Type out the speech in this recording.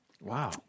Wow